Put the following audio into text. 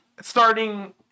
starting